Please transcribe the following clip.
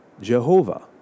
Jehovah